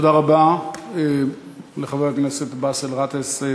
תודה רבה לחבר הכנסת באסל גטאס.